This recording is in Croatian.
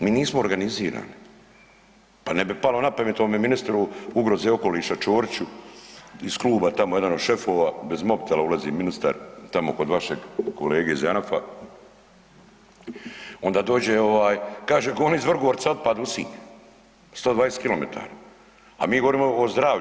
Mi nismo organizirani, pa ne bi palo napamet ovom ministru ugroze okoliša Ćoriću iz kluba tamo jedan od šefova, bez mobitela ulazi ministar tamo kod vašeg kolege iz JANAF-a, onda dođe kaže goni iz Vrgorca otpad u Sinj 120 km, a mi govorimo o zdravlju.